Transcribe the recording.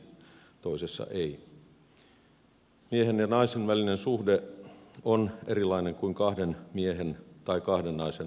miehen ja naisen välinen suhde on erilainen kuin kahden miehen tai kahden naisen välinen suhde